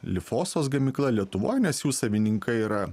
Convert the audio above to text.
lifosos gamykla lietuvoj nes jų savininkai yra